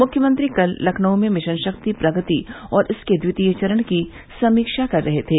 मुख्यमंत्री कल लखनऊ में मिशन शक्ति प्रगति और इसके द्वितीय चरण की समीक्षा कर रहे थे